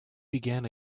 began